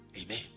amen